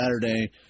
Saturday